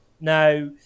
Now